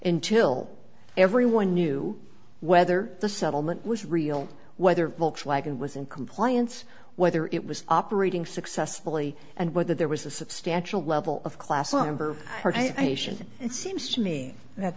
and till everyone knew whether the settlement was real whether volkswagen was in compliance whether it was operating successfully and whether there was a substantial level of class number and it seems to me that